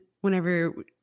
whenever